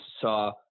saw